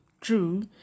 true